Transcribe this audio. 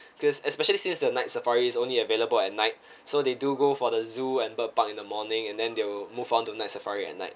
cause especially since the night safari is only available at night so they do go for the zoo and bird park in the morning and then they'll move on to night safari at night